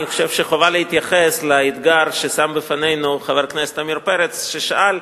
אני חושב שחובה להתייחס לאתגר ששם בפנינו חבר הכנסת עמיר פרץ ששאל,